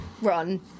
Run